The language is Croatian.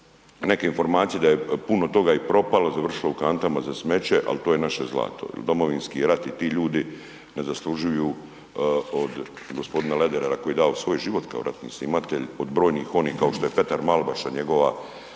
neke informacije da je puno toga i propalo, završilo u kantama za smeće, al to je naše zlato jel domovinski rat i ti ljudi ne zaslužuju od g. Lederera koji je dao svoj život kao ratni snimatelj od brojnih onih kao što je Petar Malbaša njegova,